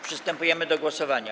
Przystępujemy do głosowania.